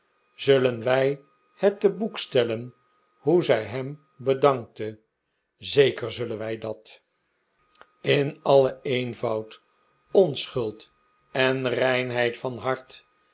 zullen wij het te boek stellen hoe zij hem bedankte zeker zullen wij dat in altom pinch is blij verrast len eenvoud onschuld en reinheid van hart